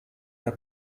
der